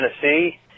Tennessee